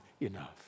enough